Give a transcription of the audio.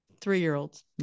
three-year-olds